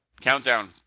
Countdown